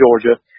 Georgia